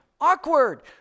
Awkward